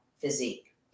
physique